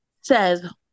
says